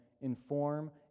inform